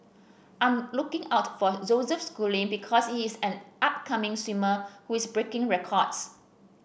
I'm looking out for Joseph Schooling because he is an upcoming swimmer who is breaking records